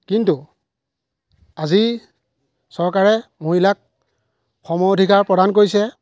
কিন্তু আজি চৰকাৰে মহিলাক সম অধিকাৰ প্ৰদান কৰিছে